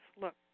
look